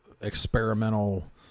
experimental